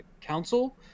council